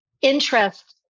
interest